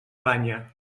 banya